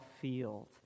field